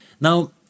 now